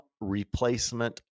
replacement